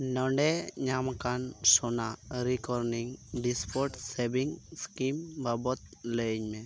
ᱱᱚᱰᱮ ᱧᱟᱢᱟᱠᱟᱱ ᱥᱳᱱᱟ ᱨᱤᱠᱟᱨᱤᱝ ᱰᱤᱯᱳᱡᱤᱴ ᱥᱮᱵᱷᱤᱝᱥ ᱥᱠᱤᱢ ᱵᱟᱵᱚᱛ ᱞᱟᱹᱭᱟᱹᱧ ᱢᱮ